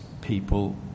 people